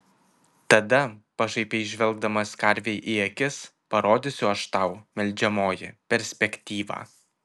tada pašaipiai žvelgdamas karvei į akis parodysiu aš tau melžiamoji perspektyvą